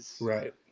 Right